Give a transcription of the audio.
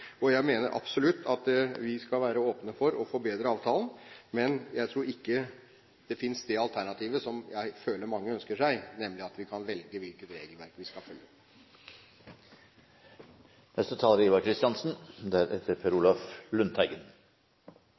Jeg mener absolutt at vi skal være åpne for å forbedre avtalen, men jeg tror ikke det alternativet som jeg føler mange ønsker seg, finnes, nemlig at vi kan velge hvilket regelverk vi skal følge.